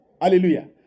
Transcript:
Hallelujah